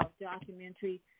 documentary